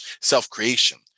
self-creation